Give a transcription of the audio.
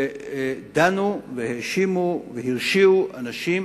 ודנו והאשימו והרשיעו אנשים